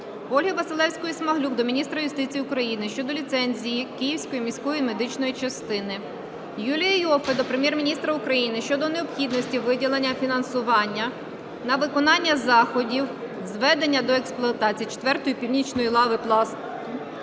Ольги Василевської-Смаглюк до міністра юстиції України щодо ліцензії Київської міської медичної частини. Юлія Іоффе до Прем'єр-міністра України щодо необхідності виділення фінансування на виконання заходів з введення до експлуатації 4-ї північної лави пласту